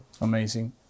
Amazing